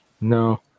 No